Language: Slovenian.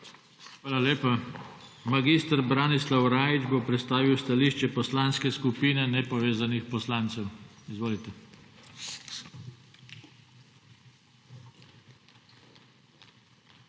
Hvala lepa. Mag. Branislav Rajić bo predstavil stališče Poslanske skupine nepovezanih poslancev. Izvolite. **MAG.